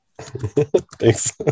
Thanks